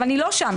אבל אני לא שם.